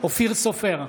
אופיר סופר,